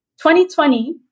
2020